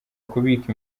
kubika